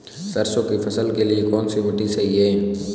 सरसों की फसल के लिए कौनसी मिट्टी सही हैं?